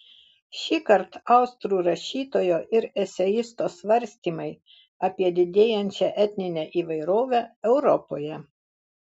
šįkart austrų rašytojo ir eseisto svarstymai apie didėjančią etninę įvairovę europoje